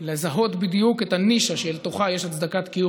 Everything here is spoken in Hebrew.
לזהות בדיוק את הנישה שבתוכה יש הצדקת קיום